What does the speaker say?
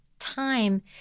time